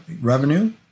revenue